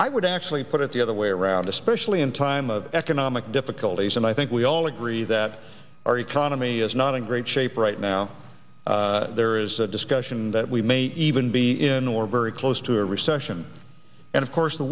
i would actually put it the other way around especially in time of economic difficulties and i think we all agree that our economy is not in great shape right now there is a discussion that we may even be in or very close to a recession and of course the